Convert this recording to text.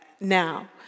Now